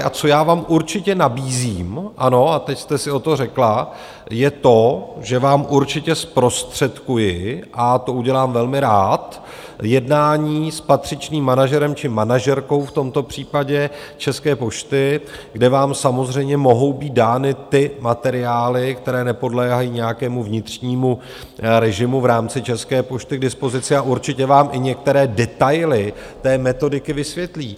A co já vám určitě nabízím ano, a teď jste si o to řekla je to, že vám určitě zprostředkuji, a to udělám velmi rád, jednání s patřičným manažerem či manažerkou v tomto případě České pošty, kde vám samozřejmě mohou být dány ty materiály, které nepodléhají nějakému vnitřnímu režimu v rámci České pošty, k dispozici a určitě vám i některé detaily té metodiky vysvětlí.